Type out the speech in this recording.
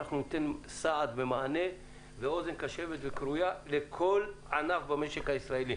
ואנחנו ניתן סעד ומענה ואוזן קשבת וכרויה לכל ענף במשק הישראלי.